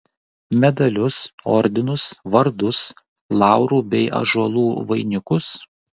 medalius ordinus vardus laurų bei ąžuolų vainikus